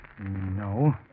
No